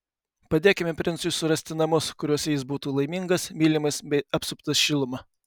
padėkime princui surasti namus kuriuose jis būtų laimingas mylimas bei apsuptas šiluma